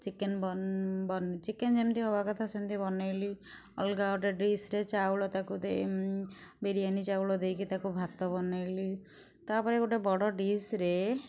chicken bun chicken ଯେମିତି ହେବା କଥା ସେମିତି ବନେଇଲି ଅଲଗା ଗୋଟେ ଡିସ୍ରେ ଚାଉଳ ଟିକେ ଦେଇ ବିରିୟାନୀ ଚାଉଳ ଦେଇକି ତାକୁ ଭାତ ବନେଇଲି ତାପରେ ଗୋଟେ ବଡ଼ ଡିସ୍ରେ